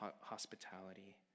hospitality